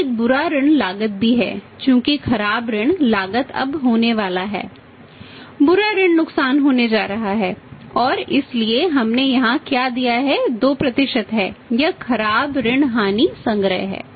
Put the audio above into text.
तो एक बुरा ऋण लागत भी है चूंकि खराब ऋण लागत अब होने वाली है बुरा ऋण नुकसान होने जा रहा है और इसलिए हमने यहाँ क्या दिया 2 है यह खराब ऋण हानि संग्रह है